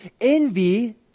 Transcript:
envy